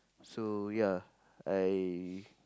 so ya I